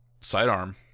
sidearm